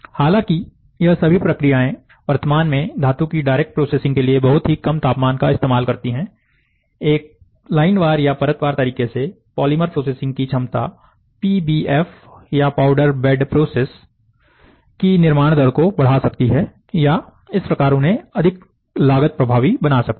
हालांकि यह सभी प्रक्रियाएं वर्तमान में धातु की डायरेक्ट प्रोसेसिंग के लिए बहुत ही कम तापमान का इस्तेमाल करती हैं एक लाइन वार या परतवार तरीके से पॉलीमर प्रोसेसिंग की क्षमता पी बी एफ या पाउडर बेड प्रोसेस की निर्माण दर को बढ़ा सकती है या इस प्रकार उन्हें अधिक लागत प्रभावी बना सकती है